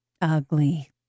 ugly